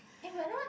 eh but now